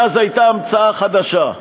ואז הייתה המצאה חדשה.